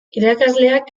irakasleak